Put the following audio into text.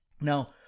Now